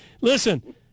listen